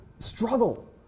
struggle